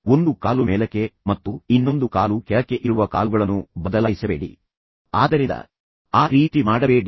ಒಂದು ಕಾಲು ಮೇಲಕ್ಕೆ ಮತ್ತು ಇನ್ನೊಂದು ಕಾಲು ಕೆಳಕ್ಕೆ ಇರುವ ಕಾಲುಗಳನ್ನು ಬದಲಾಯಿಸಬೇಡಿ ಆದ್ದರಿಂದ ಆ ರೀತಿಯ ಕ್ಷಣವನ್ನು ಮಾಡಬೇಡಿ